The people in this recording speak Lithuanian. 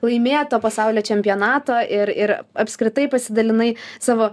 laimėto pasaulio čempionato ir ir apskritai pasidalinai savo